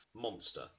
monster